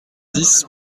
dix